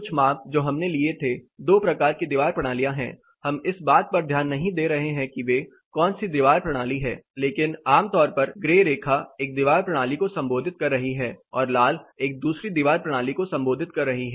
कुछ माप जो हमने लिए थे दो प्रकार की दीवार प्रणालियां हैं हम इस बात पर ध्यान नहीं दे रहे हैं कि वे कौनसी दीवार प्रणाली हैं लेकिन आमतौर पर ग्रे रेखा एक दीवार प्रणाली को संबोधित कर रही है और लाल एक दूसरी दीवार प्रणाली को संबोधित कर रही है